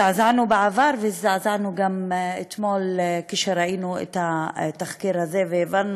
הזדעזענו בעבר והזדעזענו גם אתמול כשראינו את התחקיר הזה והבנו